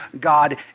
God